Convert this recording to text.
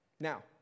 Now